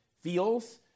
feels